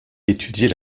étudier